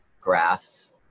graphs